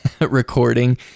recording